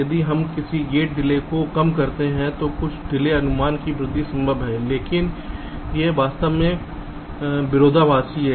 यदि हम कुछ गेट डिले को कम करते हैं तो कुछ डिले अनुमान में वृद्धि संभव है लेकिन यह वास्तव में विरोधाभासी है